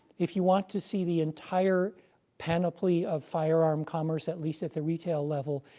if you want to see the entire panoply of firearm commerce, at least at the retail level,